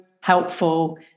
helpful